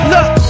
Look